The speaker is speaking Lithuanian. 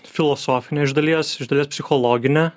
filosofinė iš dalies iš dalies psichologinė